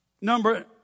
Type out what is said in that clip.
Number